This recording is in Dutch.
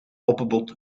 opbod